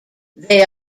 they